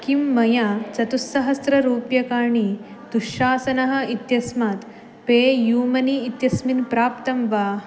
किं मया चतुस्सहस्ररूप्यकाणि दुःशासनः इत्यस्मात् पे यूमनी इत्यस्मिन् प्राप्तं वा